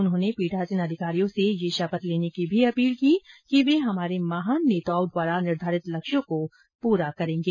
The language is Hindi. उन्होंने पीठासीन अधिकारियों से यह शपथ लेने की भी अपील की कि वे हमारे महान नेताओं द्वारा निर्धारित लक्ष्यों को पूरा करेगें